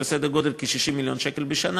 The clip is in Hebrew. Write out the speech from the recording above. לסדר גודל של כ-60 מיליון שקל בשנה.